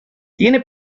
tiene